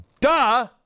duh